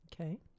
okay